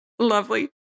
Lovely